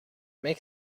make